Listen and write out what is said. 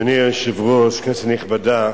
אדוני היושב-ראש, כנסת נכבדה,